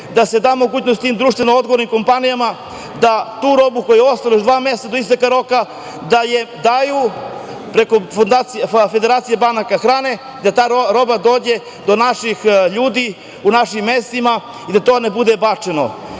da se da mogućnost tim društveno odgovornim kompanijama, da tu robu, kojoj ostane još dva meseca do isteka roka, da je daju preko Federacije banaka hrane, da ta roba dođe do naših ljudi, u našim mestima i da to ne bude bačeno. Ja